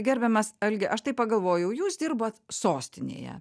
gerbiamas algi aš taip pagalvojau jūs dirbat sostinėje